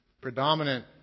predominant